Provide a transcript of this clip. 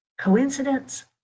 Coincidence